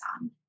on